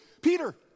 Peter